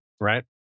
right